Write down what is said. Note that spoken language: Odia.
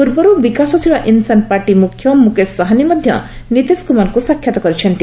ପୂର୍ବରୁ ବିକାଶଶୀଳ ଇନ୍ସାନ୍ ପାର୍ଟି ମୁଖ୍ୟ ମୁକେଶ ସାହାନୀ ମଧ୍ୟ ନିତିଶ କୁମାରଙ୍କୁ ସାକ୍ଷାତ କରିଛନ୍ତି